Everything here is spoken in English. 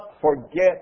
forget